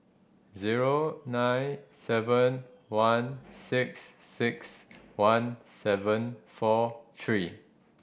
zero nine seven one six six one seven four three